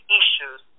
issues